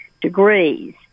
degrees